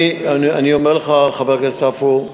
אני אומר לך, חבר הכנסת עפו,